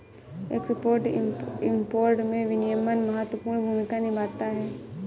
export import में विनियमन महत्वपूर्ण भूमिका निभाता है